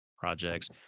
projects